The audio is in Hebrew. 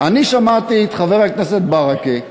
שמעתי את חבר הכנסת ברכה,